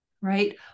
right